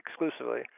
exclusively